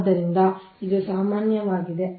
ಆದ್ದರಿಂದ ಇದು ಸಾಮಾನ್ಯವಾಗಿದೆ